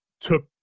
took